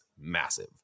massive